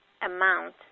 amount